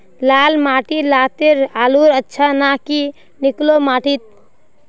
लाल माटी लात्तिर आलूर अच्छा ना की निकलो माटी त?